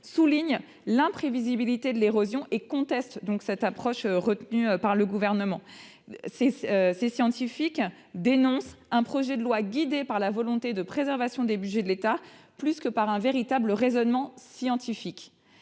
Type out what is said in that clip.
souligne l'imprévisibilité de l'érosion et conteste donc l'approche retenue par le Gouvernement. Ces scientifiques dénoncent un projet de loi guidé par la volonté de préservation du budget de l'État plus que par un véritable raisonnement scientifique.